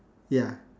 ya